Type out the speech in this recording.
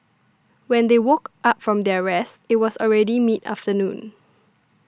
when they woke up from their rest it was already mid afternoon